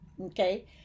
Okay